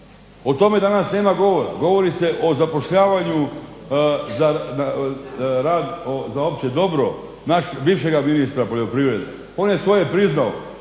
O tome danas nema govora. Govori se o zapošljavanju za rad za opće dobro bivšega ministra poljoprivrede. On je svoje priznao.